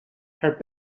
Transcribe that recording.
her